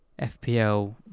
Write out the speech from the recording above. FPL